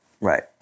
Right